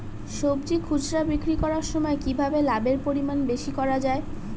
সবজি খুচরা বিক্রি করার সময় কিভাবে লাভের পরিমাণ বেশি করা যায়?